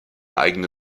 eigene